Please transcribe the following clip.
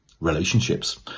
Relationships